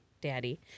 daddy